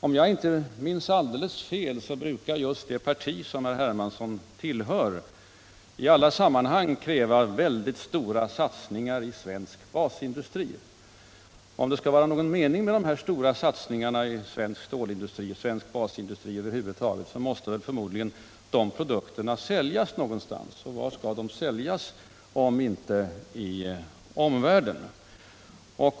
Om jag inte minns alldeles fel brukar just det parti som herr Hermansson tillhör i alla sammanhang kräva mycket stora satsningar på svensk basindustri. Om det skall vara någon mening med dessa stora satsningar i svensk stålindustri och i svensk basindustri över huvud taget, måste deras produkter säljas någonstans. Och var skall de säljas om inte i omvärlden?